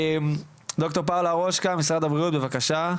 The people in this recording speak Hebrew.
ד"ר פאולה רושקה, משרד הבריאות, בבקשה.